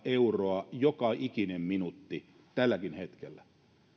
euroa joka ikinen minuutti tälläkin hetkellä